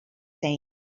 saying